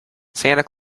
santa